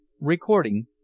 recording